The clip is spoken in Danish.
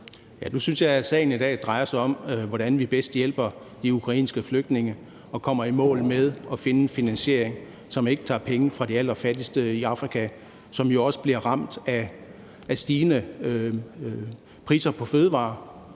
Nu synes jeg, at sagen i dag drejer sig om, hvordan vi bedst hjælper de ukrainske flygtninge og kommer i mål med at finde en finansiering, som ikke tager penge fra de allerfattigste i Afrika, som jo også bliver ramt af stigende priser på fødevarer.